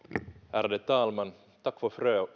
ärade talman tack för